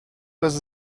was